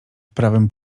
prawym